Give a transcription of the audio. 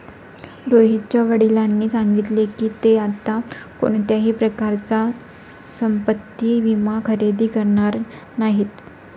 रोहितच्या वडिलांनी सांगितले की, ते आता कोणत्याही प्रकारचा संपत्ति विमा खरेदी करणार नाहीत